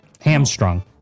Hamstrung